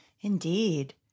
indeed